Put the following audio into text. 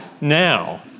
now